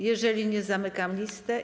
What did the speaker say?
Jeżeli nie, zamykam listę.